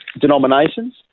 denominations